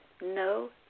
No